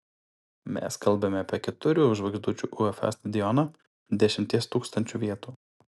mes kalbame apie keturių žvaigždučių uefa stadioną dešimties tūkstančių vietų